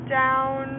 down